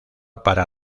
para